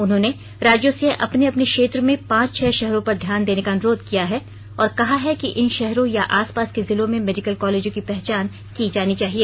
उन्होंने राज्यों से अपने अपने क्षेत्र में पांच छह शहरों पर ध्यान देने का अनुरोध किया है और कहा है कि इन शहरों या आस पास के जिलों में मेडिकल कॉलेजों की पहचान की जानी चाहिए